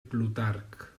plutarc